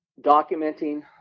documenting